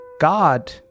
God